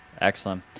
excellent